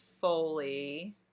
Foley